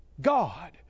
God